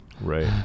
Right